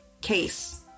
case